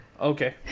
Okay